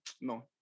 no